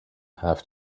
have